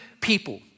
people